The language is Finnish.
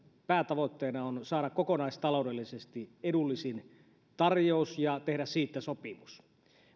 päätavoitteena on saada kokonaistaloudellisesti edullisin tarjous ja tehdä siitä sopimus